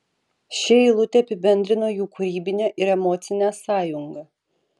ši eilutė apibendrino jų kūrybinę ir emocinę sąjungą